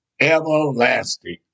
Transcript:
Everlasting